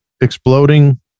exploding